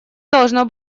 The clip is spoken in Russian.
должно